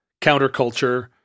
counterculture